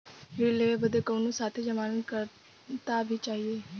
ऋण लेवे बदे कउनो साथे जमानत करता भी चहिए?